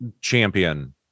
champion